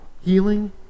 healing